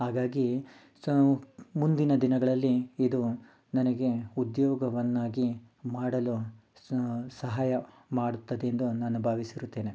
ಹಾಗಾಗಿ ಸೊ ಮುಂದಿನ ದಿನಗಳಲ್ಲಿ ಇದು ನನಗೆ ಉದ್ಯೋಗವನ್ನಾಗಿ ಮಾಡಲು ಸಹಾಯ ಮಾಡುತ್ತದೆ ಎಂದು ನಾನು ಭಾವಿಸಿರುತ್ತೇನೆ